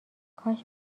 کاش